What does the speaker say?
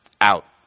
Out